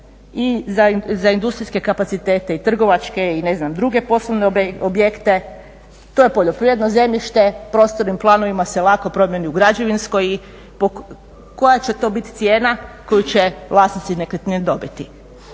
i za industrijske kapacitete i trgovačke i ne znam druge poslovne objekte. To je poljoprivredno zemljište. Prostornim planovima se lako promijeni u građevinsko. I koja će to bit cijena koju će vlasnici nekretnina dobiti?